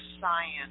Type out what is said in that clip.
science